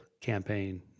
campaign